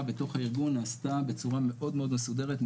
בתוך הארגון נעשתה בצורה מאוד מאוד מסודרת,